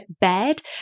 bed